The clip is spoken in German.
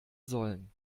sollen